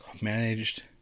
managed